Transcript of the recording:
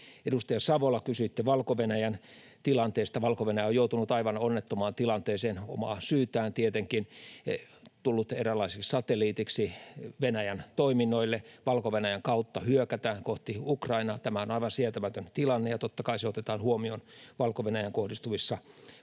Edustaja Savola, kysyitte Valko-Venäjän tilanteesta: Valko-Venäjä on joutunut aivan onnettomaan tilanteeseen, omaa syytään tietenkin, tullut eräänlaiseksi satelliitiksi Venäjän toiminnoille. Valko-Venäjän kautta hyökätään kohti Ukrainaa. Tämä on aivan sietämätön tilanne, ja totta kai se otetaan huomioon Valko-Venäjään kohdistuvissa pakotteissa,